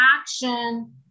action